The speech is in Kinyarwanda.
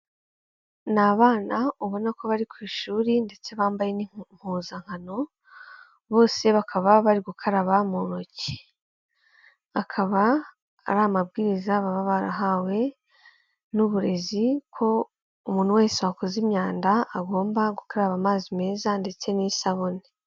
Ni abana, ubona ko bari ku ishuri ndetse bambaye n'impuzankano, bose bakaba bari gukaraba mu ntoki. Akaba ari amabwiriza baba barahawe n'uburezi, ko umuntu wese wakoze imyanda agomba gukaraba amazi meza ndetse n'isabune.